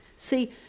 See